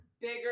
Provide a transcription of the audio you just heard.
Bigger